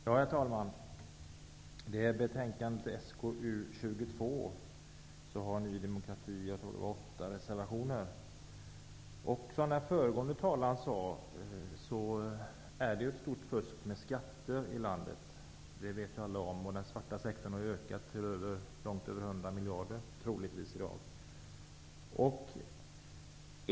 Herr talman! I betänkandet SkU22 har Ny demokrati åtta reservationer. Som den föregående talaren sade förekommer det ett stort fusk med skatter i landet -- det vet alla. Den svarta sektorn har i dag troligtvis ökat med långt över 100 miljarder.